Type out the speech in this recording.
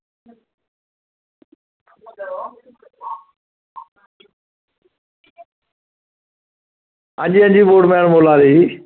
आं जी आं जी बोटमैन बोल्ला दे जी